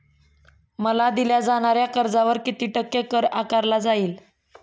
मला दिल्या जाणाऱ्या कर्जावर किती टक्के कर आकारला जाईल?